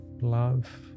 love